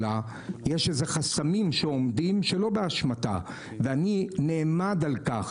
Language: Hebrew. יש חסמים שעומדים שלא באשמתה ואני נעמד על כך